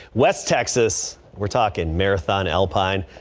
west texas we're talking marathon alpine.